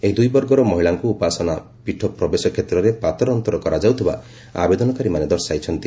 ଏହି ଦୁଇବର୍ଗର ମହିଳାଙ୍କୁ ଉପାସନା ପୀଠ ପ୍ରବେଶ କ୍ଷେତ୍ରରେ ପାତର ଅନ୍ତର କରାଯାଉଥିବା ଆବେଦନକାରୀମାନେ ଦର୍ଶାଇଛନ୍ତି